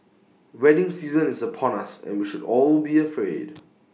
wedding season is upon us and we should all be afraid